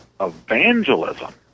evangelism